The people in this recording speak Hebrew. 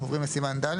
אנחנו עובדים לסימן ד'.